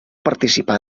participar